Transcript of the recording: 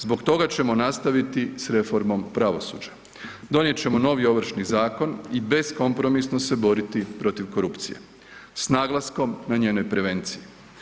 Zbog toga ćemo nastaviti s reformom pravosuđa, donijet ćemo novi Ovršni zakon i beskompromisno se boriti protiv korupcije s naglaskom na njene prevencije.